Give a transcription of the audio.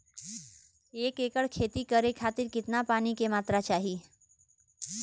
एक एकड़ खेती करे खातिर कितना पानी के मात्रा चाही?